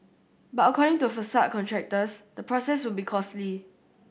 but according to facade contractors the process would be costly